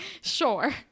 sure